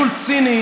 ניצול ציני,